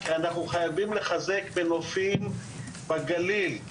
אנחנו חייבים לחזק בנופים בגליל,